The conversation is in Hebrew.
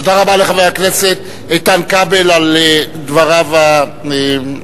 תודה רבה לחבר הכנסת איתן כבל על דבריו המפורטים.